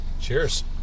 Cheers